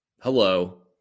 hello